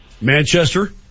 Manchester